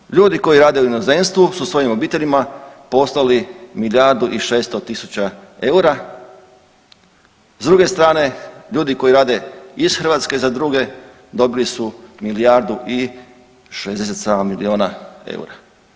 Znači ljudi koji rade u inozemstvu su svojim obiteljima poslali milijardi i 600 tisuća eura, s druge strane ljudi koji rade iz Hrvatske za druge dobili su milijardu i 67 milijuna eura.